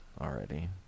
already